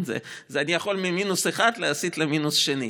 אני יכול ממינוס אחד להסיט למינוס שני,